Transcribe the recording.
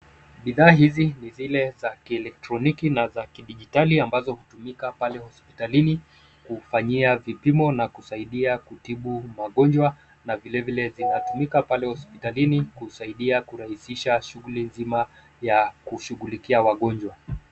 Bidhaa hizi ni zile za kielektroniki na kidijitali ambazo hutumika pale hospitalini kufanyia vipimo na kusaidia kutibu magonjwa na vilevile zinatumika pale hospitalini kusaidia kurahisisha shughuli nzima ya kushughulikia wagonjwa.